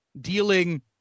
dealing